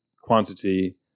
quantity